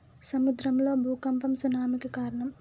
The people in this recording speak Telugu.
సముద్రం లో భూఖంపం సునామి కి కారణం